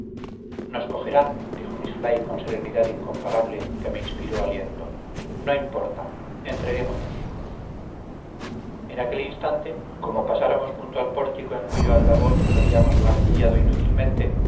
nos cogerán dijo miss fly con serenidad incomparable que me inspiró aliento no importa entreguémonos en aquel instante como pasáramos junto al pórtico en cuyo aldabón habíamos martillado inútilmente